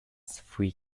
three